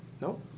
no